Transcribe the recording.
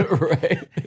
Right